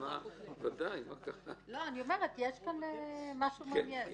יש כאן משהו שהוא מעניין.